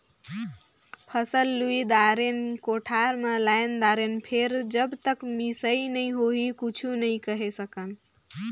फसल लुई दारेन, कोठार मे लायन दारेन फेर जब तक मिसई नइ होही कुछु नइ केहे सकन